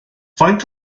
faint